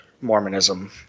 Mormonism